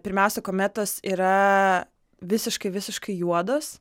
pirmiausia kometos yra visiškai visiškai juodos